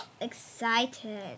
excited